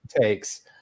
takes